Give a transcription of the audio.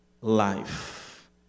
life